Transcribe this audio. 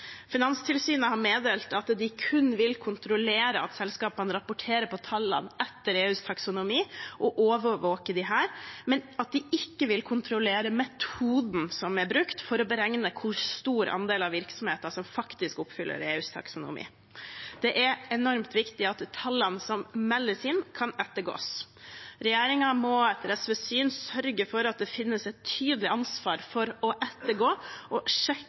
Finanstilsynet har meddelt at de kun vil kontrollere at selskapene rapporterer på tallene etter EUs taksonomi og overvåke disse, men at de ikke vil kontrollere metoden som er brukt for å beregne hvor stor andel av virksomheten som faktisk oppfyller EUs taksonomi. Det er enormt viktig at tallene som meldes inn, kan ettergås. Regjeringen må etter SVs syn sørge for at det finnes et tydelig ansvar for å ettergå og